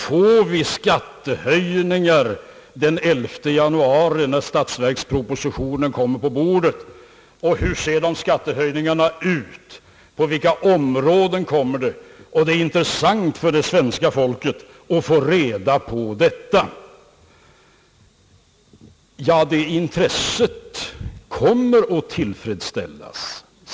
Får vi, frågar man, skattehöjningar den 11 januari, när statsverkspropositionen kommer på bordet? Hur ser de skattehöjningarna ut? På vilka områden kommer skattehöjningarna? Det är intressant för det svenska folket att få svar på dessa frågor, säger man. Ja, det intresset kommer att tillfredsställas.